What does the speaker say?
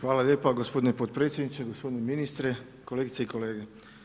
Hvala lijepa gospodine potpredsjedniče, gospodine ministre, kolegice i kolege.